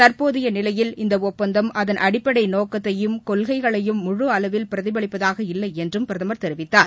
தற்போதைய நிலையில் இந்த ஒப்பந்தம் அதன் அடிப்படை நோக்கத்தையும் கொள்கைகளையும் முழு அளவில் பிரதிபலிப்பதாக இல்லை என்றும் பிரதமர் தெரிவித்தார்